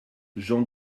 j’en